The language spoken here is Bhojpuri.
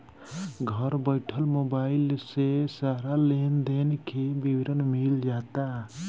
घर बइठल मोबाइल से सारा लेन देन के विवरण मिल जाता